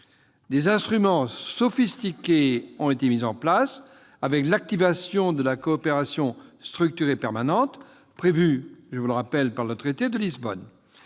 Des instruments sophistiqués ont été mis en place, avec l'activation de la coopération structurée permanente, la CSP, prévue par le traité de Lisbonne.